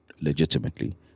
legitimately